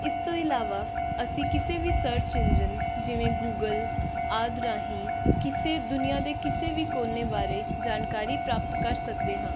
ਇਸ ਤੋਂ ਇਲਾਵਾ ਅਸੀਂ ਕਿਸੇ ਵੀ ਸਰਚ ਇੰਜਣ ਜਿਵੇਂ ਗੂਗਲ ਆਦਿ ਰਾਹੀਂ ਕਿਸੇ ਦੁਨੀਆ ਦੇ ਕਿਸੇ ਵੀ ਕੋਨੇ ਬਾਰੇ ਜਾਣਕਾਰੀ ਪ੍ਰਾਪਤ ਕਰ ਸਕਦੇ ਹਾਂ